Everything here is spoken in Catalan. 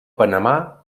panamà